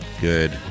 good